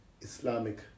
Islamic